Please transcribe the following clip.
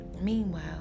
Meanwhile